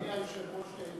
אדוני היושב-ראש,